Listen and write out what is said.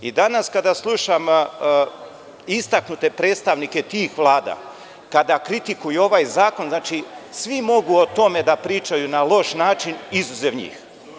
Danas kada slušam istaknute predstavnike tih vlada, kada kritikuju ovaj zakon, znači, svi mogu o tome da pričaju na loš način, izuzev njih.